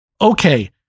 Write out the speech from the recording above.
okay